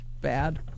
bad